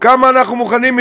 כמה אנחנו מוכנים,